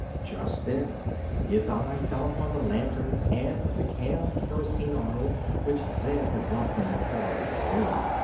just then his eye fell upon the lanterns and the can of kerosene oil which zeb had brought from the car of his balloon,